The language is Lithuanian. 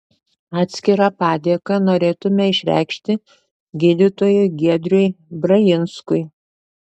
atskirą padėką norėtume išreikšti gydytojui giedriui brajinskui